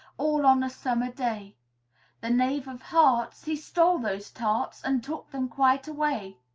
all on a summer day the knave of hearts, he stole those tarts and took them quite away!